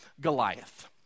Goliath